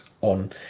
on